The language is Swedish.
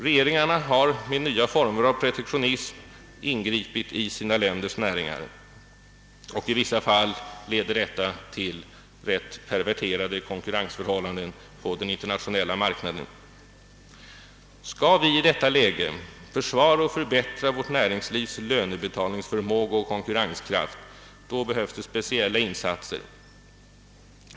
Regeringarna har ingripit i sina länders näringar med nya former av protektionism, och i vissa fall leder detta till rätt perverterade konkurrensförhållanden på den internationelia marknaden. Skall vi i detta läge kunna försvara och förbättra vårt näringslivs lönebetalningsförmåga och konkurrenskraft behövs det speciella insatser.